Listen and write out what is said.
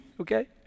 okay